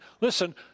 Listen